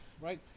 right